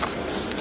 Hvala